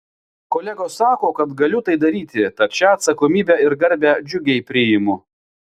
kolegos sako kad galiu tai daryti tad šią atsakomybę ir garbę džiugiai priimu